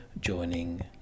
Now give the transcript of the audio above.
joining